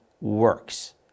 works